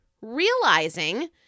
realizing